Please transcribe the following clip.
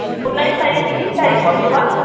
उन्नाइस तारिक कि बिस तारिक भन्नु भयो